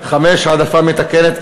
5. העדפה מתקנת.